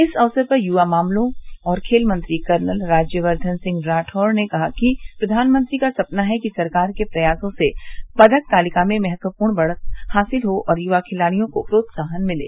इस अवसर पर युवा मामलों और खेल मंत्री कर्नल राज्यवर्द्वन सिंह राठौड़ ने कहा कि प्रधानमंत्री का सपना है कि सरकार के प्रयासों से पदक तालिका में महत्वपूर्ण बढ़त हासिल हो और युवा खिलाड़ियों को प्रोत्साहन मिले